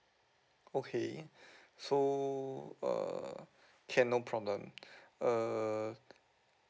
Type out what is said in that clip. okay so uh can no problem err